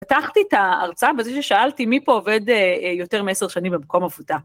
פתחתי את ההרצאה בזה ששאלתי, מי פה עובד יותר מ-10 שנים במקום עבודה?